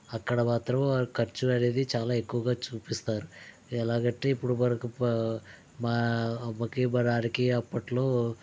అక్కడ మాత్రం ఖర్చు అనేది చాలా ఎక్కువగా చూపిస్తారు ఎలాగంటే ఇప్పుడు మనకు మా అమ్మకి మా నాన్నకి అప్పట్లో